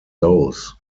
those